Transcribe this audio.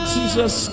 Jesus